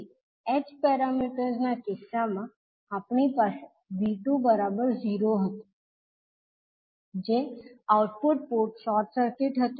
તેથી h parameters ના કિસ્સામાં આપણી પાસે 𝐕2 0 હતું જે આઉટપુટ પોર્ટ શોર્ટ સર્કિટ હતું